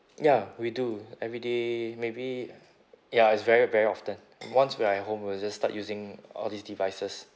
ya we do everyday maybe ya it's very very often once we are at home we'll just start using all these devices